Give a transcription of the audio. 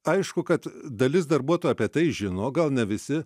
aišku kad dalis darbuotojų apie tai žino gal ne visi